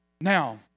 Now